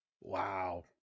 wow